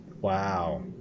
Wow